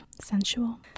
Sensual